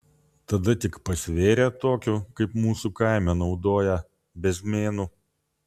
tada tik pasvėrė tokiu kaip mūsų kaime naudoja bezmėnu